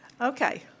Okay